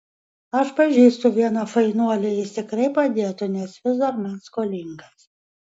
aš pažįstu vieną fainuolį jis tikrai padėtų nes vis dar man skolingas